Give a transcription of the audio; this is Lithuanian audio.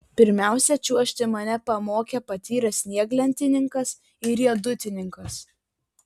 pirmiausia čiuožti mane pamokė patyręs snieglentininkas ir riedutininkas